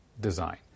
design